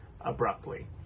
abruptly